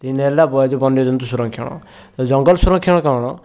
ତିନିରେ ହେଲା ବ ଏଇ ଯେଉଁ ବନ୍ୟଜନ୍ତୁ ସଂରକ୍ଷଣ ତ ଜଙ୍ଗଲ ସଂରକ୍ଷଣ କ'ଣ